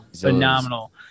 phenomenal